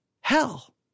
hell